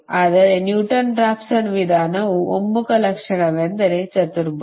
ಆದರೆ Newton Raphson ವಿಧಾನವು ಒಮ್ಮುಖದ ಲಕ್ಷಣವೆಂದರೆ ಚತುರ್ಭುಜ